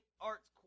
Arts